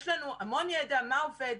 יש לנו המון ידע מה עובד,